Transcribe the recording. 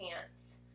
pants